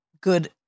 good